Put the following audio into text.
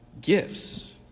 gifts